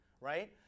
right